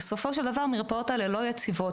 בסופו של דבר המרפאות אלה לא יציבות,